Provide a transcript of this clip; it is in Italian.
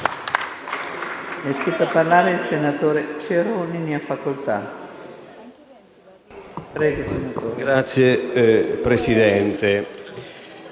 Grazie, Presidente.